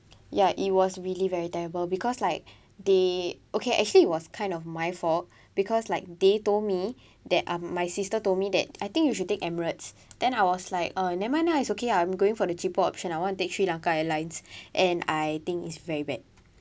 ya it was really very terrible because like they okay actually it was kind of my fault because like they told me that um my sister told me that I think you should take Emirates then I was like uh never mind lah it's okay I'm going for the cheaper option I want to take sri lanka airlines and I think it's very bad